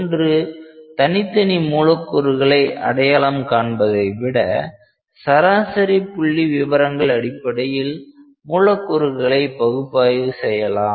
ஒன்று தனித்தனி மூலக்கூறுகளை அடையாளம் காண்பதை விட சராசரி புள்ளிவிவரங்கள் அடிப்படையில் மூலக்கூறுகளை பகுப்பாய்வு செய்யலாம்